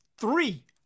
three